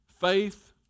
faith